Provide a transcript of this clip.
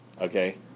Okay